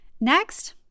Next